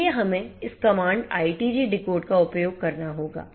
इसलिए हमें इस कमांड ITG डिकोड का उपयोग करना होगा